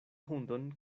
hundon